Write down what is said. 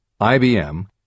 IBM